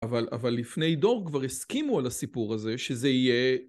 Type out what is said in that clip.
אבל לפני דור כבר הסכימו על הסיפור הזה שזה יהיה...